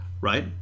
Right